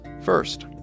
first